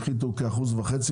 הפחיתו כ-1.5%,